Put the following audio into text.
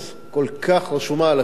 כל כך רשומה על הקיר,